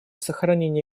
сохранение